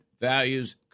values